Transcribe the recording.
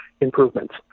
improvements